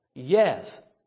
Yes